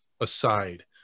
aside